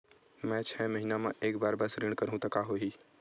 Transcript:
मैं छै महीना म एक बार बस ऋण करहु त का होही?